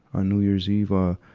on new year's eve, ah,